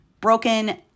broken